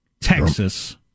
Texas